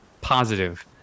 positive